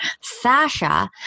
fascia